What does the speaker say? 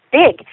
big